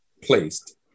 placed